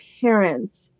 parents